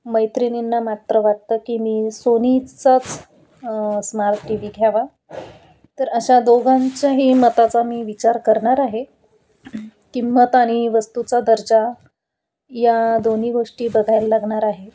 मैत्रिणींना मात्र वाटतं की मी सोनीचाच स्मार्ट टी व्ही घ्यावा तर अशा दोघांच्याही मताचा मी विचार करणार आहे किंमत आणि वस्तूचा दर्जा या दोन्ही गोष्टी बघायला लागणार आहे